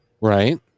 Right